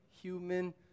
human